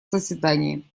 заседании